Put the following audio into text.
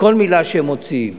בכל מלה שהם מוציאים.